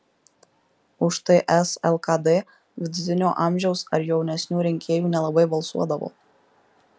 už ts lkd vidutinio amžiaus ar jaunesnių rinkėjų nelabai balsuodavo